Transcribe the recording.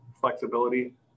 flexibility